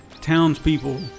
townspeople